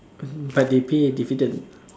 mmhmm but they pay dividend